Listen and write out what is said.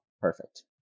perfect